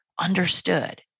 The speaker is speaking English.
understood